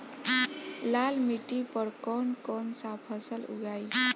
लाल मिट्टी पर कौन कौनसा फसल उगाई?